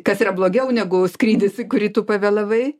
kas yra blogiau negu skrydis į kurį tu pavėlavai